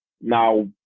now